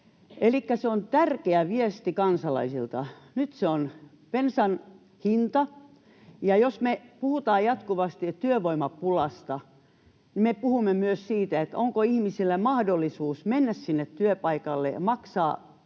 se on tärkeä viesti kansalaisilta. Nyt se on bensan hinta. Ja jos me puhutaan jatkuvasti työvoimapulasta, niin me puhumme myös siitä, onko ihmisillä mahdollisuus mennä sinne työpaikalle ja maksaa siitä